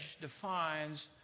defines